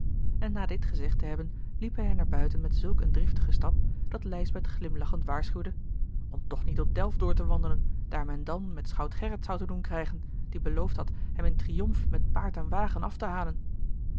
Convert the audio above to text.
en na dit gezegd te hebben liep hij naar buiten met zulk een driftigen stap dat lijsbeth glimlachend waarschuwde om toch niet tot elft door te wandelen daar men dan met schout gerrit zou te doen krijgen die beloofd had hem in triomf met paard en wagen af te halen